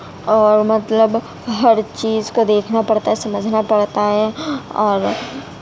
اور مطلب ہر چیز کو دیکھنا پڑتا ہے سمجھنا پڑتا ہے اور